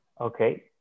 Okay